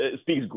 speaks